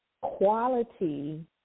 quality